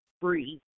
free